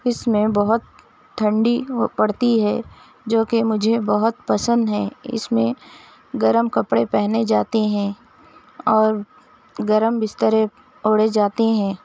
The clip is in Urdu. اس میں بہت ٹھنڈی پڑتی ہے جو کہ مجھے بہت پسند ہے اس میں گرم کپڑے پہنے جاتے ہیں اور گرم بستر اوڑھے جاتے ہیں